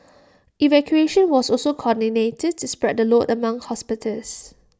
evacuation was also coordinated to spread the load among hospitals